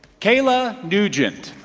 kayla nugent.